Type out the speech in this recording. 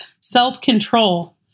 self-control